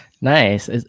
Nice